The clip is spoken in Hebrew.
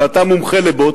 ואתה מומחה לבוץ,